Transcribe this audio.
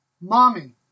Mommy